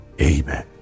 amen